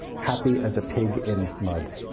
happy as a pig in mud.